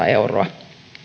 euroa